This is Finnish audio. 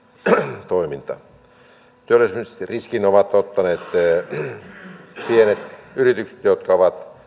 yritystoiminta työllistämisriskin ovat ottaneet pienet yritykset jotka ovat